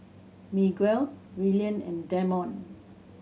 Miguel Willian and Damond